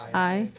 aye.